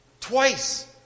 Twice